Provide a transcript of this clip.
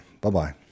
bye-bye